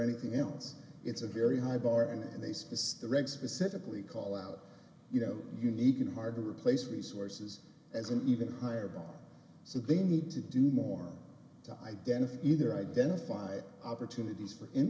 anything else it's a very high bar and they space the regs specifically call out you know unique and hard to replace resources as an even higher bill so they need to do more to identify either identified opportunities for